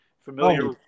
familiar